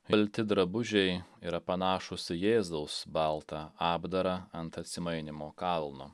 balti drabužiai yra panašūs į jėzaus baltą apdarą ant atsimainymo kalno